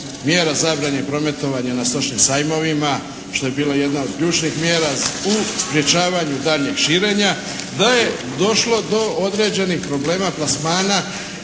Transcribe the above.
mjera zabrane prometanja na stočnim sajmovima što je bila jedna od ključnih mjera u sprječavanju daljnjeg širenja da je došlo do određenih problema plasmana